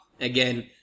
Again